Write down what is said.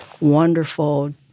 wonderful